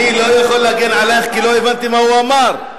אני לא יכול להגן עלייך, כי לא הבנתי מה הוא אמר.